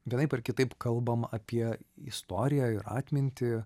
vienaip ar kitaip kalbam apie istoriją ir atmintį